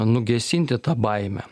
nugesinti tą baimę